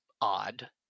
odd